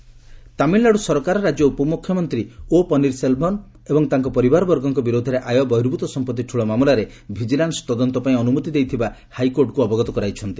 OPS vigilance Tamil Nadu ସରକାର ରାଜ୍ୟ ଉପମୁଖ୍ୟମନ୍ତ୍ରୀ ଓ ପନିର୍ସେଲ୍ଭମ୍ ଏବଂ ତାଙ୍କ ପରିବାରବର୍ଗଙ୍କ ବିରୋଧରେ ଆୟ ବହିର୍ଭୁତ ସମ୍ପତ୍ତି ଠୁଳ ମାମଲାରେ ଭିଜିଲାନ୍ସ ତଦନ୍ତ ପାଇଁ ଅନୁମତି ଦେଇଥିବା ହାଇକୋର୍ଟଙ୍କୁ ଜଣାଇଛନ୍ତି